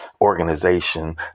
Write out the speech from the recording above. organization